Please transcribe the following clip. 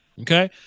okay